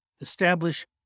establish